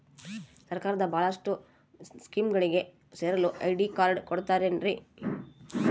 ಸರ್ಕಾರದ ಬಹಳಷ್ಟು ಸ್ಕೇಮುಗಳಿಗೆ ಸೇರಲು ಐ.ಡಿ ಕಾರ್ಡ್ ಕೊಡುತ್ತಾರೇನ್ರಿ?